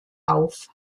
auf